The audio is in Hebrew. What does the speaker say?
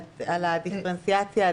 לגבי הדיפרנציאציה.